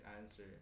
answer